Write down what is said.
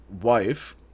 wife